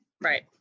Right